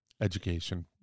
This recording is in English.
education